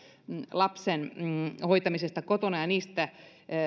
lapsen hoitamisesta kotona ja niistä